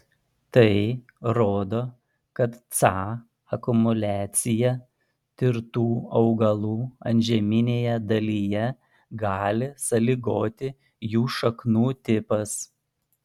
tai rodo kad ca akumuliaciją tirtų augalų antžeminėje dalyje gali sąlygoti jų šaknų tipas